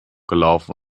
gelaufen